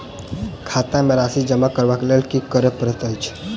खाता मे राशि जमा करबाक लेल की करै पड़तै अछि?